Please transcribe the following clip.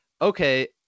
okay